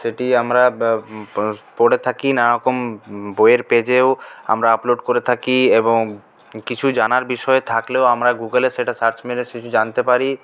সেটি আমরা পড়ে থাকি নানা রকম বইয়ের পেজেও আমরা আপলোড করে থাকি এবং কিছু জানার বিষয় থাকলেও আমরা গুগালে সেটা সার্চ মেরে কিছু জানতে পারি